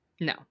No